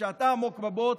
וכשאתה עמוק בבוץ,